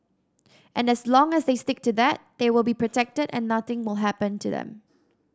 and as long as they stick to that they will be protected and nothing will happen to them